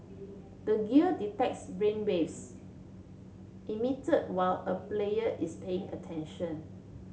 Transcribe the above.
the gear detects brainwaves emitted while a player is paying attention